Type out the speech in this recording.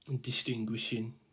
distinguishing